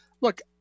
Look